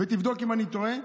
תבדוק אם אני טועה,